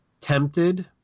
tempted